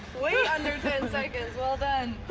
way under ten seconds, well done.